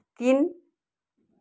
तिन